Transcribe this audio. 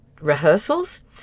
rehearsals